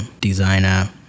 designer